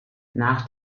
nach